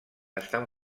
estan